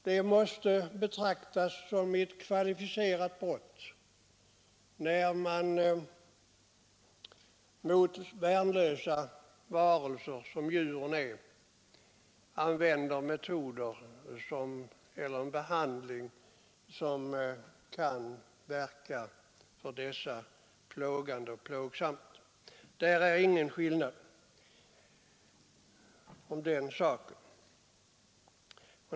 Det måste betraktas som ett kvalificerat brott när man utsätter värnlösa varelser, som djuren är, för en plågsam behandling. Det är ingen skillnad i uppfattning om den saken.